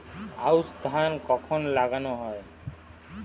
আউশ ধান কখন লাগানো হয়?